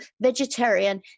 vegetarian